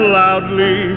loudly